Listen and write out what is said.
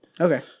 Okay